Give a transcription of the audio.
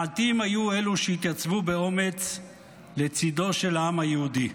מעטים היו שהתייצבו באומץ לצידו של העם היהודי.